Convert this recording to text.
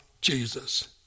Jesus